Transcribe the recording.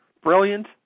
brilliant